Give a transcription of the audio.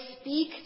speak